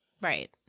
right